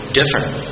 different